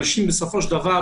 בסופו של דבר,